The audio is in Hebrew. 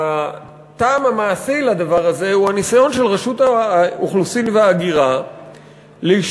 הטעם המעשי לדבר הזה הוא הניסיון של רשות האוכלוסין וההגירה להשתחרר